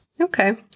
Okay